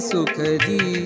Sukadi